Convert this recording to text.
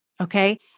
Okay